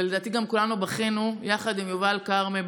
ולדעתי גם כולנו בכינו יחד עם יובל כרמי,